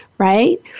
Right